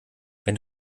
wenn